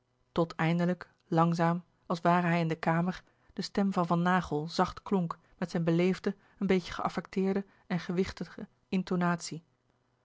tot eindelijk langzaam als ware hij in de kamer de stem van van naghel zacht klonk met zijn beleefde een beetje geaffecteerde en gewichtige intonatie